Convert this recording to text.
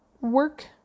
work